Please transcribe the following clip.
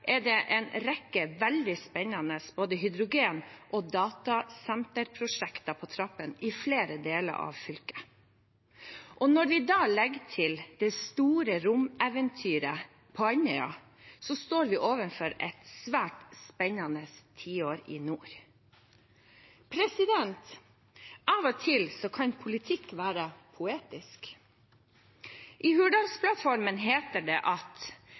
er det en rekke veldig spennende både hydrogen- og datasenterprosjekter på trappene i flere deler av fylket. Når vi da legger til det store romeventyret på Andøya, står vi overfor et svært spennende tiår i nord. Av og til kan politikk være poetisk. I Hurdalsplattformen heter det: